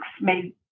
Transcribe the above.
made